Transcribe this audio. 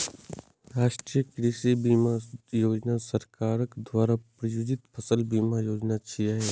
राष्ट्रीय कृषि बीमा योजना सरकार द्वारा प्रायोजित फसल बीमा योजना छियै